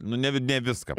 nu ne ne viską